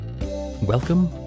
Welcome